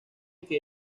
que